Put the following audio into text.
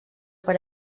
per